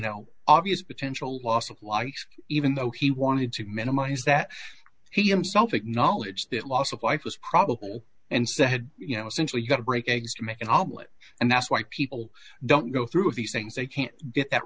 know obvious potential loss of life even though he wanted to minimize that he himself acknowledged that loss of life was probable and said you know essentially you got to break eggs to make an omelet and that's why people don't go through these things they can't get that